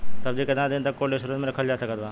सब्जी केतना दिन तक कोल्ड स्टोर मे रखल जा सकत बा?